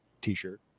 t-shirt